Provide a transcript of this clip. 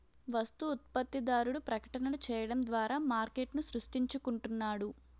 వస్తు ఉత్పత్తిదారుడు ప్రకటనలు చేయడం ద్వారా మార్కెట్ను సృష్టించుకుంటున్నాడు